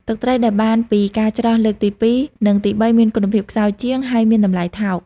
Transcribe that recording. ទឹកត្រីដែលបានពី ការច្រោះ លើកទីពីរ និងទីបីមានគុណភាពខ្សោយជាង ហើយមានតម្លៃថោក។